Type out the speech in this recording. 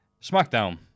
Smackdown